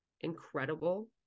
incredible